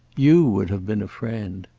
you would have been a friend.